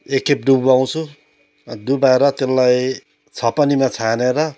एकखेप डुबाउँछु डुबाएर त्यसलाई छपनीमा छानेर